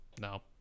No